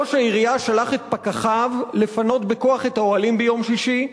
ראש העירייה שלח את פקחיו לפנות בכוח את האוהלים ביום שישי,